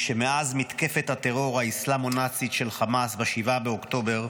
שמאז מתקפת הטרור האסלאמו-נאצית של חמאס ב-7 באוקטובר,